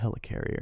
Helicarrier